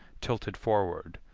tilted forward,